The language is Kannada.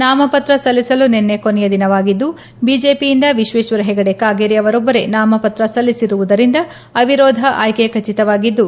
ನಾಮಪತ್ರ ಸಲ್ಲಿಸಲು ನಿನ್ನೆ ಕೊನೆಯ ದಿನವಾಗಿದ್ದು ಬಿಜೆಪಿಯಿಂದ ವಿಶ್ವೇಶ್ವರ ಹೆಗಡೆ ಕಾಗೇರಿ ಅವರೊಬ್ಲರೇ ನಾಮಪತ್ರ ಸಲ್ಲಿಸಿರುವುದರಿಂದ ಅವಿರೋಧ ಆಯ್ಲೆ ಖಚಿತವಾಗಿದ್ದು